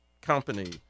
company